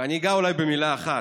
ואני אגע אולי במילה אחת.